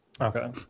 Okay